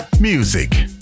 Music